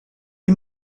est